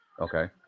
Okay